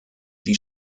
die